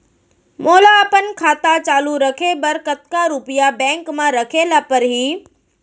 मोला अपन खाता चालू रखे बर कतका रुपिया बैंक म रखे ला परही?